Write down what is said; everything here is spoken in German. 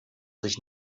sich